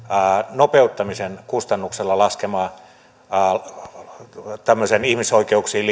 nopeuttamisen kustannuksella laskemaan laatutasoa tämmöisessä ihmisoikeuksiin